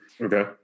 Okay